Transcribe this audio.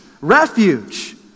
Refuge